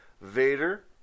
Vader